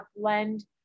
blend